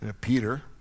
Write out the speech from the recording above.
Peter